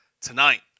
tonight